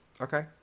Okay